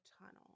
tunnel